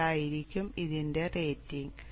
അതായിരിക്കും ഇതിന്റെ റേറ്റിംഗ്